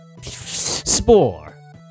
Spore